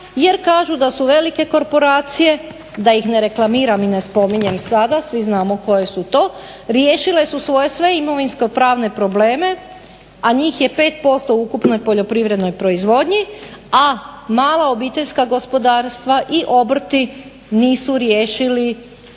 jer kažu da su velike korporacije, da ih ne reklamiram i ne spominjem sada, svi znamo koje su to, riješile su svoje sve imovinsko-pravne probleme, a njih je 5% u ukupnoj poljoprivrednoj proizvodnji, a mala obiteljska gospodarstva i obrti nisu riješili gotovo